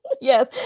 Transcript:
Yes